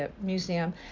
Museum